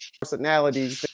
personality